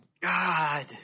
God